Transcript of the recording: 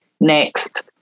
next